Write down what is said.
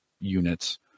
units